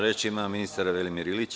Reč ima ministar Velimir Ilić.